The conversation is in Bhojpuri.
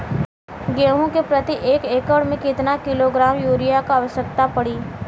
गेहूँ के प्रति एक एकड़ में कितना किलोग्राम युरिया क आवश्यकता पड़ी?